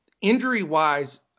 Injury-wise